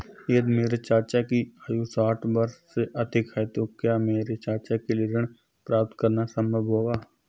यदि मेरे चाचा की आयु साठ वर्ष से अधिक है तो क्या मेरे चाचा के लिए ऋण प्राप्त करना संभव होगा?